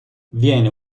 viene